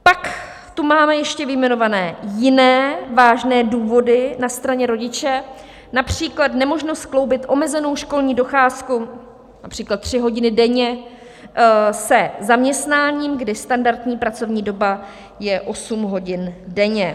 Pak tu máme ještě vyjmenované jiné vážné důvody na straně rodiče, například nemožnost skloubit omezenou školní docházku, například tři hodiny denně, se zaměstnáním, kde standardní pracovní doba je osm hodin denně.